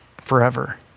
forever